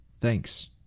thanks